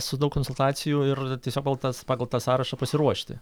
su daug konsultacijų ir tiesiog tas pagal tą sąrašą pasiruošti